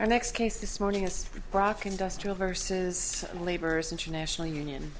next case this morning is rock industrial versus laborers international union